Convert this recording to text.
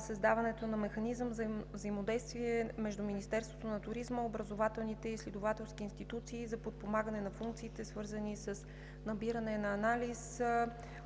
създаването на механизъм за взаимодействие между Министерството на туризма, образователните и изследователските институции за подпомагане на функциите, свързани с набиране на анализ,